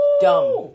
dumb